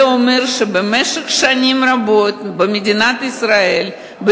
זה אומר שבמשך שנים רבות במדינת ישראל לא